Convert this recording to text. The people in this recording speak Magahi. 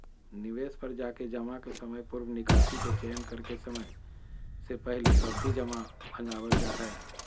निवेश पर जाके जमा के समयपूर्व निकासी के चयन करके समय से पहले सावधि जमा भंजावल जा हय